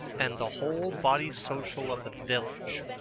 and the whole body social of the village.